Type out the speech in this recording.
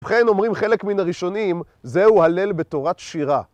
ובכן אומרים חלק מן הראשונים, זהו הלל בתורת שירה.